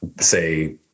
say